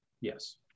Yes